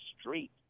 street